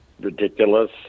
ridiculous